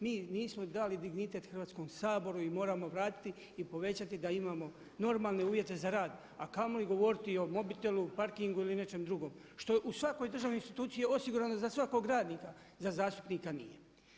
Mi nismo dali dignitet Hrvatskom saboru i moramo vratiti i povećati da imamo normalne uvjete za rad, a kamoli govoriti o mobitelu, parkingu ili nečem drugom što je u svakoj državnoj instituciji osigurano i za svakog radnika, a za zastupnika nije.